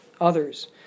others